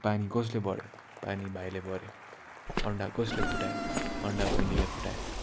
पानी कसले भऱ्यो पानी भाइले भऱ्यो अन्डा कसले फुटायो अन्डा बहिनीले फुटायो